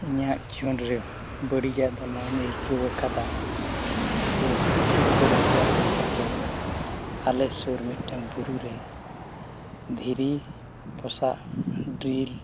ᱤᱧᱟᱹᱜ ᱡᱤᱭᱚᱱ ᱨᱮ ᱵᱟᱹᱲᱤᱭᱟᱜ ᱫᱚ ᱱᱚᱣᱟᱧ ᱟᱹᱭᱠᱟᱹᱣ ᱟᱠᱟᱫᱟ ᱡᱮ ᱥᱤᱪᱷᱤᱛ ᱵᱮᱨᱳᱡᱽᱜᱟᱨ ᱦᱩᱭ ᱠᱟᱛᱮ ᱟᱞᱮ ᱥᱩᱨ ᱢᱤᱫᱴᱟᱝ ᱵᱩᱨᱩ ᱨᱮ ᱫᱷᱤᱨᱤ ᱯᱚᱥᱟᱜ ᱰᱨᱤᱞ